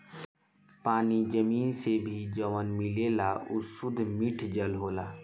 पानी जमीन से भी जवन मिलेला उ सुद्ध मिठ जल होला